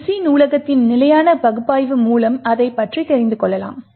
Libc நூலகத்தின் நிலையான பகுப்பாய்வு மூலம் அதைப் பற்றி தெரிந்து கொள்ளலாம்